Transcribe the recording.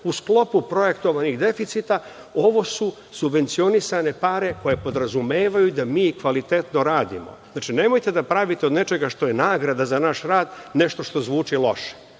u sklopu projektovanih deficita ovo su subvencionisane pare koje podrazumevaju da mi kvalitetno radimo. Nemojte da pravite od nečega što je nagrada za naš rad nešto što zvuči